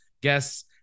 guests